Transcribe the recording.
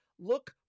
Look